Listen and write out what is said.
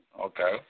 okay